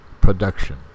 production